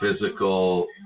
Physical